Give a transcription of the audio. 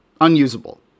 Unusable